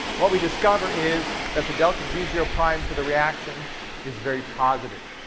what we discover is that the delta g zero prime for the reaction is very positive.